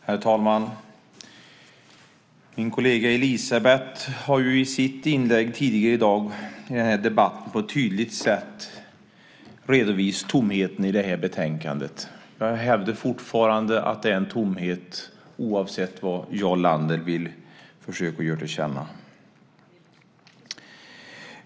Herr talman! Min kollega Elizabeth har i sitt inlägg i den här debatten tidigare i dag på ett tydligt sätt redovisat tomheten i det här betänkandet. Jag hävdar fortfarande att det är en tomhet, oavsett vad Jarl Lander vill försöka göra gällande.